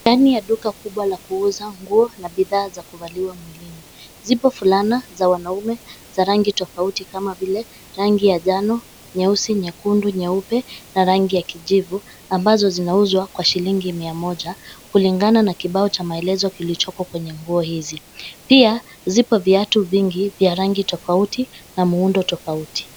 Ndani ya duka kubwa la kuuza nguo na bidhaa za kuvaliwa mwilini. Zipo fulana za wanaume za rangi tofauti kama vile rangi ya njano, nyeusi, nyekundu, nyeupe na rangi ya kijivu ambazo zinauzwa kwa shilingi mia moja, kulingana na kibao cha maelezo kilichoko kwenye nguo hizi. Pia zipo viatu vingi vya rangi tofauti na muundo tofauti.